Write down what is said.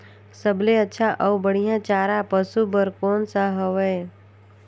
सबले अच्छा अउ बढ़िया चारा पशु बर कोन सा हवय?